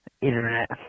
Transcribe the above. internet